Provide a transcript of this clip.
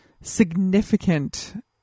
significant